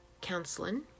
counseling